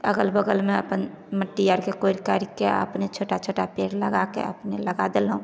अगल बगलमे अपन मट्टी आरके कोड़ि काड़िके आ अपने छोटा छोटा पेड़ लगाके अपने लगा देलहुॅं